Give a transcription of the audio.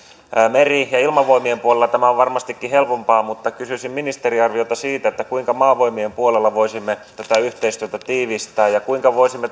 meri ja ilmavoimien puolella tämä on varmastikin helpompaa mutta kysyisin ministerin arviota siitä kuinka maavoimien puolella voisimme tätä yhteistyötä tiivistää ja kuinka voisimme